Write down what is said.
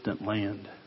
land